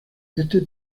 este